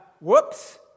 whoops